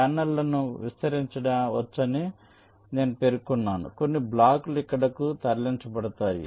ఛానెల్లను విస్తరించవచ్చని నేను పేర్కొన్నాను కొన్ని బ్లాక్లు ఇక్కడకు తరలించబడతాయి